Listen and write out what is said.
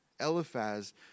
Eliphaz